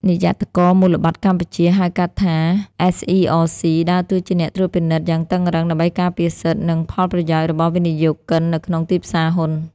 និយ័តករមូលបត្រកម្ពុជា (ហៅកាត់ថា SERC) ដើរតួជាអ្នកត្រួតពិនិត្យយ៉ាងតឹងរ៉ឹង ដើម្បីការពារសិទ្ធិ និងផលប្រយោជន៍របស់វិនិយោគិននៅក្នុងទីផ្សារហ៊ុន។